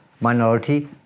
minority